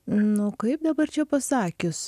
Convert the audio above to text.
nu kaip dabar čia pasakius